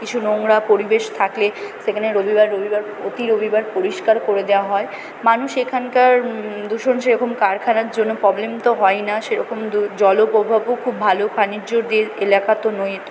কিছু নোংরা পরিবেশ থাকলে সেখানে রবিবার রবিবার প্রতি রবিবার পরিষ্কার করে দেওয়া হয় মানুষ এখানকার দূষণ সেরকম কারখানার জন্য প্রবলেম তো হয় না সেরকম জলপ্রভাবও খুব ভালো এলাকা তো নয়